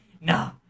no